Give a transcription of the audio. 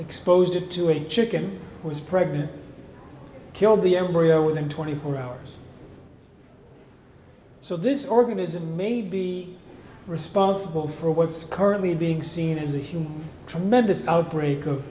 exposed it to a chicken was pregnant killed the embryo within twenty four hours so this organism may be responsible for what's currently being seen as a huge tremendous outbreak of